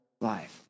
life